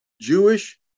Jewish